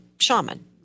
shaman